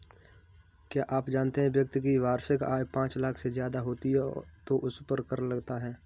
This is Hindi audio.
क्या आप जानते है व्यक्ति की वार्षिक आय पांच लाख से ज़्यादा होती है तो उसपर कर लगता है?